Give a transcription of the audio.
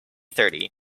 thirty